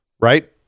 right